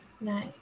nice